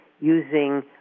using